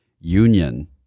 Union